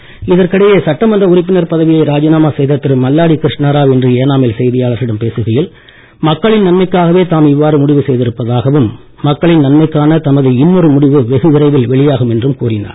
மல்லாடி இதற்கிடையே சட்டமன்ற உறுப்பினர் பதவியை ராஜினாமா செய்த திரு மல்லாடி கிருஷ்ணராவ் இன்று செய்தியாளர்களிடம் பேசுகையில் மக்களின் நன்மைக்காகவே தாம் இவ்வாறு முடிவு செய்திருப்பதாகவும் மக்களின் நன்மைக்கான தமது இன்னொரு முடிவு வெகு விரைவில் வெளியாகும் என்றும் கூறினார்